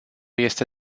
este